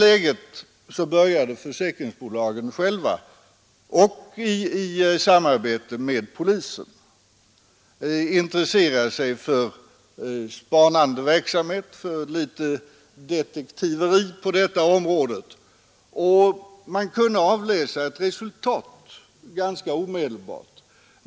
I detta läge började försäkringsbolagen själva i samband med polisen intressera sig för spanande verksamhet, för litet ”detektiveri” på detta område, och man kunde avläsa ett resultat ganska omedelbart.